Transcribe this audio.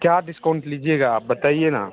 क्या डिस्काॅउंट लीजिएगा बताइए ना